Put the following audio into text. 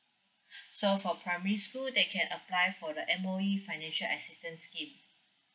so for primary school they can apply for the M_O_E financial assistance scheme